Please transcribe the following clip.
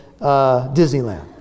Disneyland